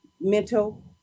mental